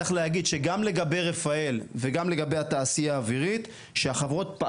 צריך להגיד שגם לגבי רפאל וגם לגבי התעשייה האווירית שהחברות,